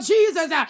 Jesus